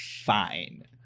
fine